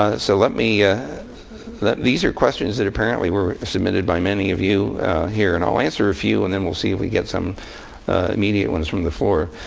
ah so let me ah these are questions that apparently were submitted by many of you here. and i'll answer a few. and then we'll see if we get some immediate ones from the floor.